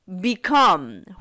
become